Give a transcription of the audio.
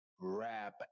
Rap